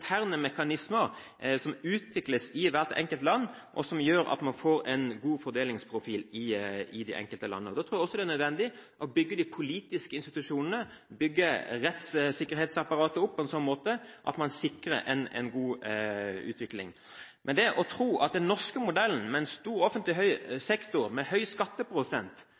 interne mekanismer som utvikles i hvert enkelt land, som gjør at man får en god fordelingsprofil i de enkelte landene. Da tror jeg også det er nødvendig å bygge de politiske institusjonene og bygge opp rettssikkerhetsapparatet slik at man sikrer en god utvikling. Det å tro at den norske modellen, med stor offentlig sektor og høy skatteprosent